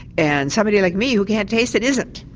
and somebody like me who cannot taste it isn't.